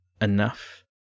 enough